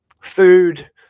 food